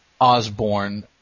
Osborne